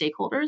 stakeholders